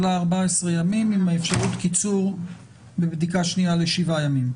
של ה-14 ימים עם האפשרות של קיצור בבדיקה שנייה לשבעה ימים.